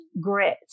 grit